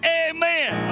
amen